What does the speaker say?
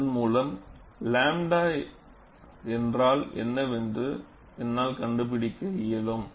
இதன் மூலம் 𝝺 என்றால் என்னவென்று என்னால் கண்டுபிடிக்க இயலும்